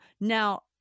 Now